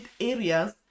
areas